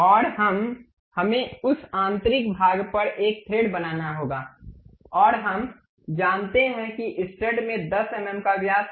और हमें उस आंतरिक भाग पर एक थ्रेड बनाना होगा और हम जानते हैं कि स्टड में 10 एमएम का व्यास है